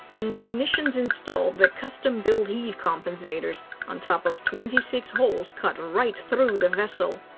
and technicians installed the custom-built heave compensators on top of twenty six holes cut right through the vessel.